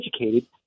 educated